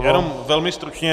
Jenom velmi stručně.